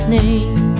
name